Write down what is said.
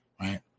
Right